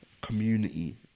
community